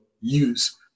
use